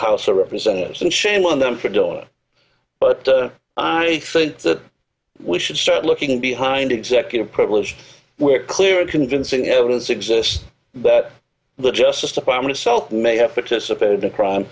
house of representatives and shame on them for doing it but i think that we should start looking behind executive privilege where clear and convincing evidence exists that the justice department itself may have participated in crime